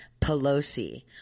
Pelosi